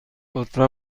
لطفا